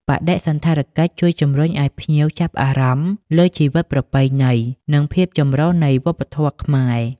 បដិសណ្ឋារកិច្ចជួយជំរុញឱ្យភ្ញៀវចាប់អារម្មណ៍លើជីវិតប្រពៃណី និងភាពចម្រុះននៃវប្បធម៌ខ្មែរ។